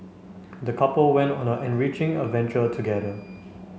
the couple went on a enriching adventure together